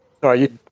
sorry